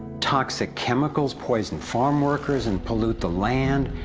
toxic chemicals poison farm workers and pollute the land,